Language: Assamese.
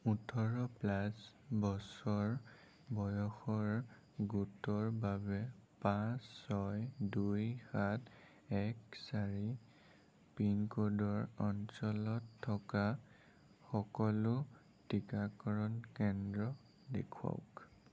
ওঠৰ প্লাছ বছৰ বয়সৰ গোটৰ বাবে পাঁচ ছয় দুই সাত এক চাৰি পিনক'ডৰ অঞ্চলত থকা সকলো টিকাকৰণ কেন্দ্ৰ দেখুৱাওক